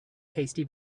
tasty